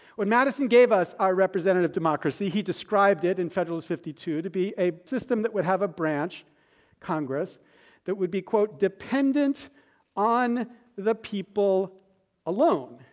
when madison gave us our representative democracy he described it, in federals fifty two, to be a system that would have a branch congress that would be, dependent on the people alone.